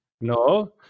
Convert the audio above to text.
no